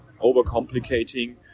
overcomplicating